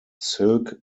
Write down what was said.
silk